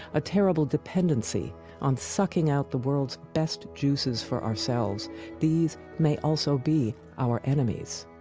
a terrible dependency on sucking out the world's best juices for ourselves these may also be our enemies.